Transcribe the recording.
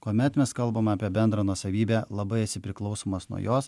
kuomet mes kalbam apie bendrą nuosavybę labai esi priklausomas nuo jos